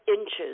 inches